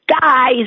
guys